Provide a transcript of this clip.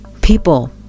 People